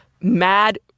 mad